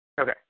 Okay